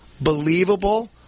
believable